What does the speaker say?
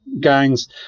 gangs